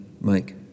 Mike